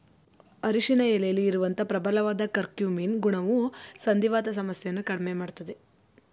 ಅರಿಶಿನ ಎಲೆಲಿ ಇರುವಂತ ಪ್ರಬಲವಾದ ಕರ್ಕ್ಯೂಮಿನ್ ಗುಣವು ಸಂಧಿವಾತ ಸಮಸ್ಯೆಯನ್ನ ಕಡ್ಮೆ ಮಾಡ್ತದೆ